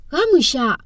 Ramusha